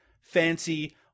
fancy